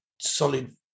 solid